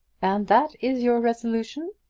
and that is your resolution?